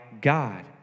God